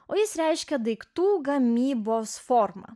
o jis reiškia daiktų gamybos formą